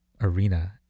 arena